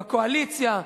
בקואליציה,